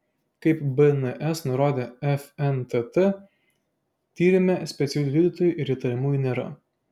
kaip bns nurodė fntt tyrime specialiųjų liudytojų ir įtariamųjų nėra